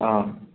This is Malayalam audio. ആ